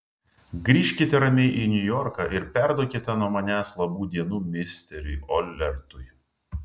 grįžkite ramiai į niujorką ir perduokite nuo manęs labų dienų misteriui olertui